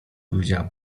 powiedziała